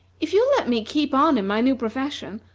if you'll let me keep on in my new profession,